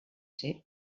ser